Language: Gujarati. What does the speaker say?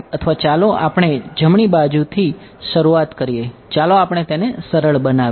અથવા ચાલો આપણે જમણી બાજુથી શરૂઆત કરીએ ચાલો આપણે તેને સરળ બનાવીએ